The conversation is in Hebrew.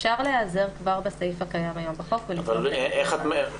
אפשר להיעזר כבר בסעיף הקיים היום בחוק ולפנות לבית המשפט.